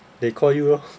they call you lor